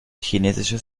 chinesisches